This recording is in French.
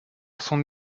son